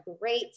great